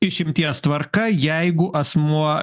išimties tvarka jeigu asmuo